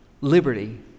Liberty